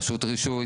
רשות רישוי,